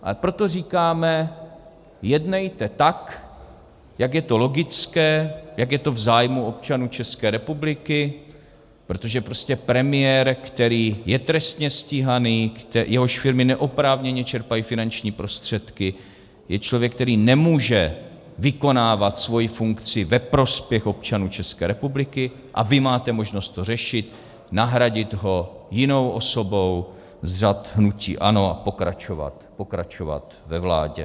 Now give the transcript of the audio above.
A proto říkáme, jednejte tak, jak je to logické, jak je to v zájmu občanů České republiky, protože prostě premiér, který je trestně stíhaný, jehož firmy neoprávněně čerpají finanční prostředky, je člověk, který nemůže vykonávat svoji funkci ve prospěch občanů České republiky, a vy máte možnost to řešit, nahradit ho jinou osobou z řad hnutí ANO a pokračovat ve vládě.